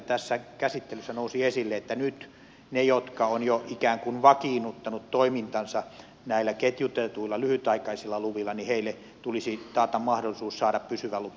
tässä käsittelyssä nousi esille että nyt niille jotka ovat ikään kuin vakiinnuttaneet toimintansa näillä ketjutetuilla lyhytaikaisilla luvilla tulisi taata mahdollisuus saada pysyvä lupa